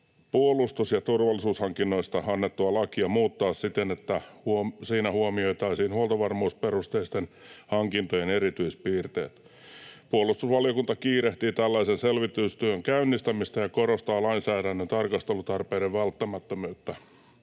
puolustus- ja turvallisuushankinnoista annettua lakia muuttaa siten, että siinä huomioitaisiin huoltovarmuusperusteisten hankintojen erityispiirteet.” Puolustusvaliokunta ”kiirehtii tällaisen selvitystyön käynnistämistä ja korostaa lainsäädännön tarkastelutarpeiden välttämättömyyttä”.